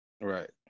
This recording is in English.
right